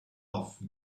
off